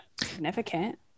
significant